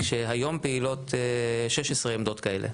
כשהיום פעילות 16 עמדות כאלו,